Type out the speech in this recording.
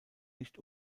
nicht